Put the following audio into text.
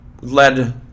led